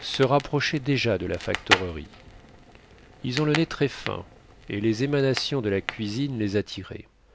se rapprochaient déjà de la factorerie ils ont le nez très fin et les émanations de la cuisine les